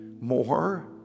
more